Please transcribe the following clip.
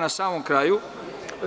Na samom kraju,